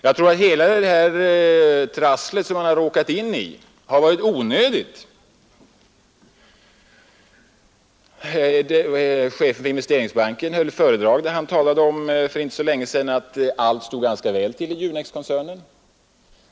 Jag tror att hela det trassel som man har råkat in i har varit onödigt. Chefen för investeringsbanken höll ett föredrag för inte så länge sedan, där han talade om att det stod ganska väl till i Junexkoncernen.